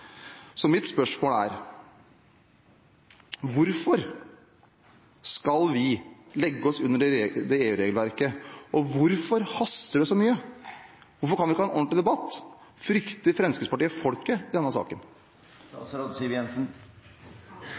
Mitt spørsmål er: Hvorfor skal vi legge oss under det EU-regelverket, og hvorfor haster det så mye? Hvorfor kan vi ikke ha en ordentlig debatt? Frykter Fremskrittspartiet folket i denne